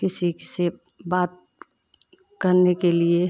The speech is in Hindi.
किसी से बात करने के लिए